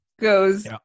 goes –